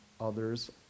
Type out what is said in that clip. others